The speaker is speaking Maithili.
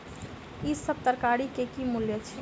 ई सभ तरकारी के की मूल्य अछि?